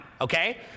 Okay